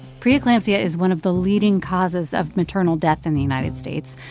pre-eclampsia is one of the leading causes of maternal death in the united states.